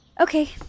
Okay